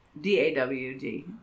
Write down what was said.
d-a-w-g